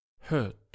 hurt